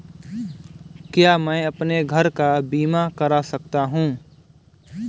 क्या मैं अपने घर का बीमा करा सकता हूँ?